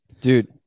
Dude